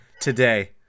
today